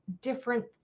different